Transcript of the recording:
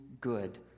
good